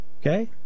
okay